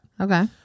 Okay